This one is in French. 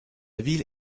ville